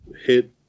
hit